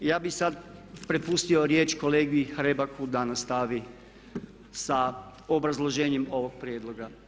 Ja bih sad prepustio riječ kolegi Hrebaku da nastavi sa obrazloženjem ovog prijedloga.